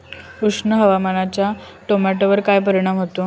उष्ण हवामानाचा टोमॅटोवर काय परिणाम होतो?